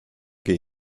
gehe